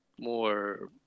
more